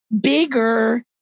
bigger